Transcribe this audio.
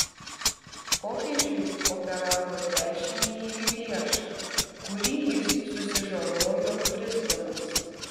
popiežiui operavo dešinįjį riešą kurį jis susižalojo krisdamas